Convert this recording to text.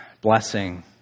blessing